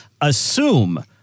assume